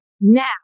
now